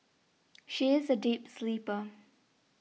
she is a deep sleeper